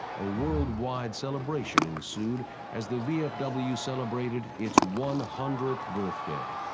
a worldwide celebration ensued as the vfw celebrated its one hundredth birthday!